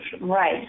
Right